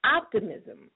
optimism